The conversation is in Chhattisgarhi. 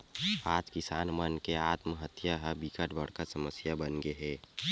आज किसान मन के आत्महत्या ह बिकट बड़का समस्या बनगे हे